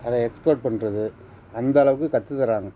அதை எக்ஸ்போர்ட் பண்ணுறது அந்த அளவுக்கு கற்று தராங்க